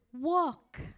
walk